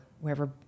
wherever